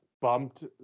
bumped